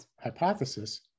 hypothesis